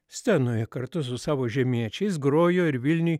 scenoje kartu su savo žemiečiais grojo ir vilniuj